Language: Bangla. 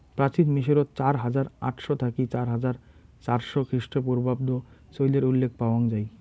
প্রাচীন মিশরত চার হাজার আটশ থাকি চার হাজার চারশ খ্রিস্টপূর্বাব্দ চইলের উল্লেখ পাওয়াং যাই